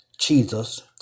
Jesus